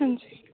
ਹਾਂਜੀ